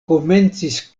komencis